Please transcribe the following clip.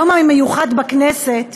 היום המיוחד בכנסת